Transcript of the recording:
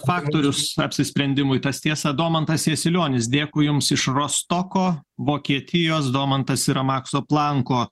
faktorius apsisprendimui tas tiesa domantas jasilionis dėkui jums iš rostoko vokietijos domantas yra makso planko